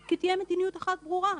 כי תהיה מדיניות אחת ברורה.